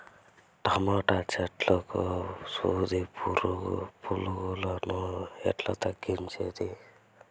Tomato చెట్లకు సూది పులుగులను ఎట్లా తగ్గించేది?